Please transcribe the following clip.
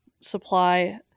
supply